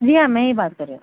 جی ہاں میں ہی بات کر رہے